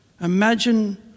imagine